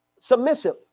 submissive